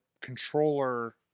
controller